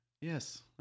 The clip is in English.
yes